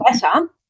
better